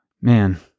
Man